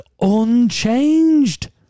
unchanged